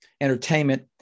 entertainment